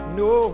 no